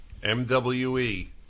MWE